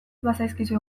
bazaizkizue